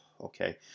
Okay